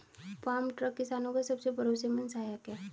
farm truck किसानो का सबसे भरोसेमंद सहायक है